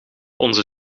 onze